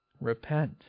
Repent